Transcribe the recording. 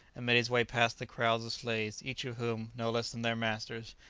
and made his way past the crowds of slaves, each of whom, no less than their masters,